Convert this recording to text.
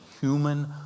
human